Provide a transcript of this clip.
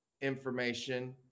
information